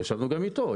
ישבנו גם איתו.